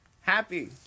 happy